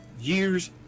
years